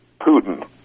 Putin